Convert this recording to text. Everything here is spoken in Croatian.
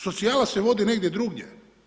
Socijala se vodi negdje drugdje.